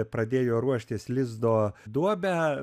pradėjo ruoštis lizdo duobę